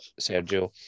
Sergio